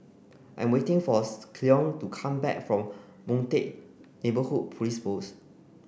I'm waiting for Cleone to come back from Boon Teck Neighbourhood Police Post